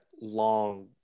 long